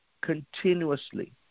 continuously